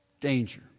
Danger